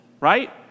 right